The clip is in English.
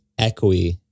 echoey